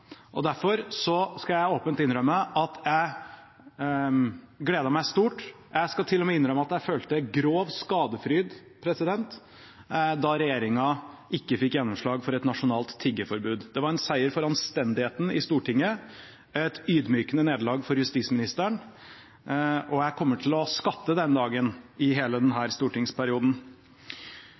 bra. Derfor skal jeg åpent innrømme at det gledet meg stort – jeg skal til og med innrømme at jeg følte grov skadefryd – da regjeringen ikke fikk gjennomslag for et nasjonalt tiggeforbud. Det var en seier for anstendigheten i Stortinget, et ydmykende nederlag for justisministeren, og jeg kommer til å skatte denne dagen i hele